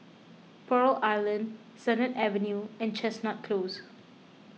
Pearl Island Sennett Avenue and Chestnut Close